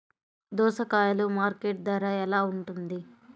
దోసకాయలు మార్కెట్ ధర ఎలా ఉంటుంది?